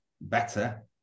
better